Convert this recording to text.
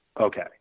Okay